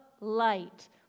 light